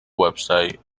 website